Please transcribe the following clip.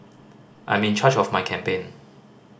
I'm in charge of my campaign